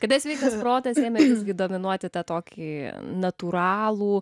kada sveikas protas ėmė visgi dominuoti tą tokį natūralų